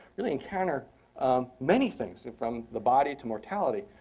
really encounter many things, from the body to mortality,